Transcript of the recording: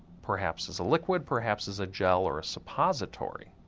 perhaps as a liquid, perhaps as a gel or a suppository.